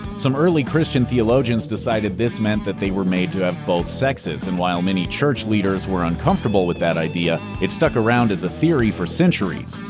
some early christian theologians decided this meant that they were made to ah both sexes, and while many church leaders were uncomfortable with that idea, it stuck around as a theory for centuries.